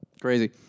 Crazy